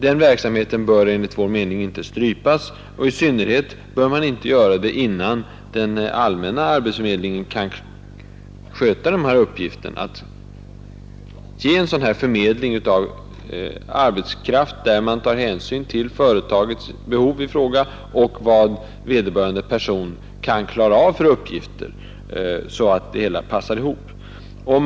Den verksamheten bör enligt vår mening inte strypas, och i synnerhet bör man inte göra det innan den allmänna arbetsförmedlingen kan sköta dessa uppgifter, dvs. ge en sådan förmedling av arbetskraft där man tar hänsyn till företagets behov och vad vederbörande person kan klara av för uppgifter, så att det hela passar ihop.